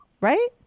Right